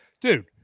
dude